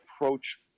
approach